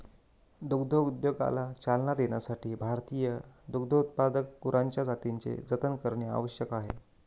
दुग्धोद्योगाला चालना देण्यासाठी भारतीय दुग्धोत्पादक गुरांच्या जातींचे जतन करणे आवश्यक आहे